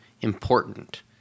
important